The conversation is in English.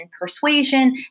persuasion